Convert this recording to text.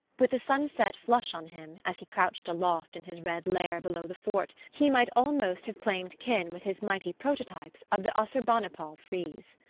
with the sunset flush on him, as he crouched aloft in his red lair below the fort, he might almost have claimed kin with his mighty prototypes of the assarbanipal frieze.